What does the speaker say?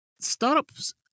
startups